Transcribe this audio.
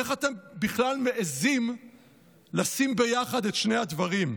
איך אתם בכלל מעיזים לשים ביחד את שני הדברים,